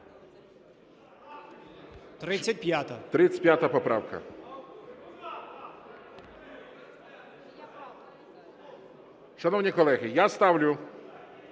35 поправка.